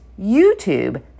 YouTube